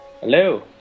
Hello